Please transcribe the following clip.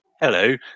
Hello